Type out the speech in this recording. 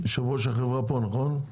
יושב-ראש החברה פה, נכון?